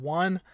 one